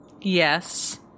Yes